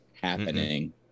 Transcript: happening